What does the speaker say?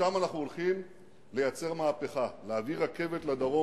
שם אנחנו הולכים לייצר מהפכה: להביא רכבת לדרום,